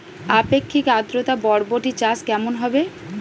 আপেক্ষিক আদ্রতা বরবটি চাষ কেমন হবে?